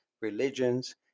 religions